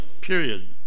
period